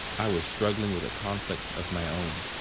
i was struggling with a conflict of my own.